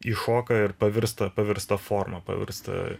iššoka ir pavirsta pavirsta forma pavirsta